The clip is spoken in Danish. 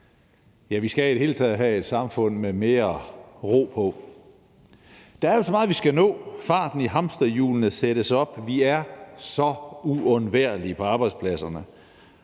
Ja, vi skal i det hele taget have et samfund med mere ro på. Der er jo så meget, vi skal nå; farten i hamsterhjulene sættes op; vi er så uundværlige på arbejdspladserne.